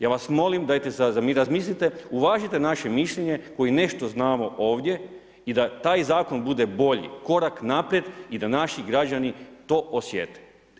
Ja vas molim, dajte razmislite, uvažite naše mišljenje koji nešto znamo ovdje i da taj zakon bude bolji korak naprijed i da naši građani to osjete.